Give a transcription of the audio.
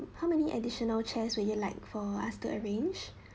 how many additional chairs would you like for us to arrange